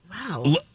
Wow